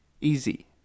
Easy